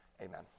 Amen